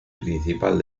principal